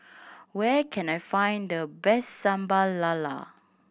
where can I find the best Sambal Lala